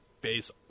base